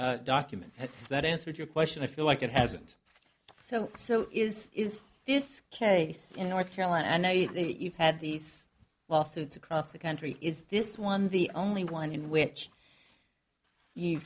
document that answered your question i feel like it hasn't so so is is this case in north carolina and eight you've had these lawsuits across the country is this one the only one in which you